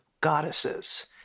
goddesses